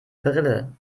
brille